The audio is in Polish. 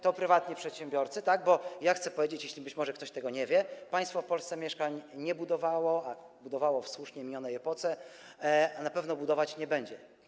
To prywatni przedsiębiorcy, tak, bo chcę powiedzieć, być może ktoś tego nie wie, że państwo w Polsce mieszkań nie budowało - budowało w słusznie minionej epoce - a na pewno budować nie będzie.